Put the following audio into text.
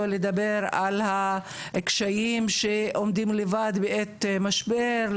בלי לדבר על הקשיים שעומדים לבד בעת משבר,